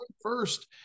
first